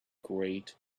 great